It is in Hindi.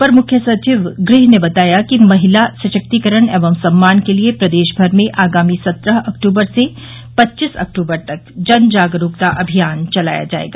अपर मुख्य सचिव गृह ने बताया कि महिला सशक्तिकरण एवं सम्मान के लिए प्रदेशभर में आगामी सत्रह अक्टूबर से पच्चीस अक्टूबर तक जनजागरूकता अभियान चलाया जायेगा